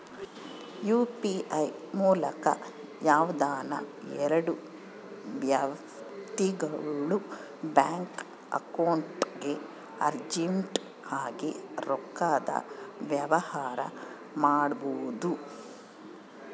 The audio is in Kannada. ಯು.ಪಿ.ಐ ಮೂಲಕ ಯಾವ್ದನ ಎಲ್ಡು ವ್ಯಕ್ತಿಗುಳು ಬ್ಯಾಂಕ್ ಅಕೌಂಟ್ಗೆ ಅರ್ಜೆಂಟ್ ಆಗಿ ರೊಕ್ಕದ ವ್ಯವಹಾರ ಮಾಡ್ಬೋದು